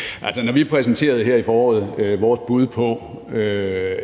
foråret præsenterede vores bud på